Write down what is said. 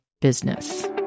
business